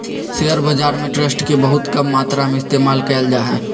share बाजार में trust के बहुत कम मात्रा में इस्तेमाल कइल जा हई